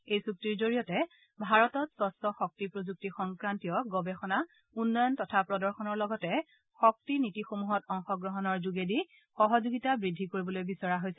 এই চুক্তিৰ জৰিয়তে ভাৰতত স্ক্ছ শক্তি প্ৰযুক্তি সংক্ৰান্তীয় গৱেষণা উন্নয়ন তথা প্ৰদৰ্শনৰ লগতে শক্তি নীতিসমূহত অংশগ্ৰহণৰ যোগেতে সহযোগিতা বৃদ্ধি কৰিবলৈ বিচৰা হৈছে